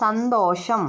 സന്തോഷം